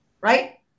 right